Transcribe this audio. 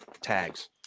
tags